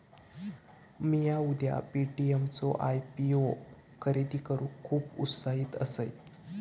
मिया उद्या पे.टी.एम चो आय.पी.ओ खरेदी करूक खुप उत्साहित असय